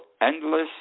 endless